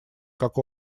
как